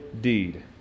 deed